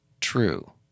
true